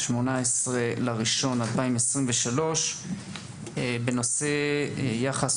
ה-18 בינואר 2023. נושא הדיון: יחס